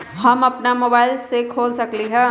हम अपना मोबाइल से खोल सकली ह?